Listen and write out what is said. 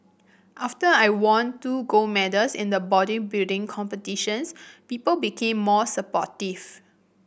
after I won two gold medals in the bodybuilding competitions people became more supportive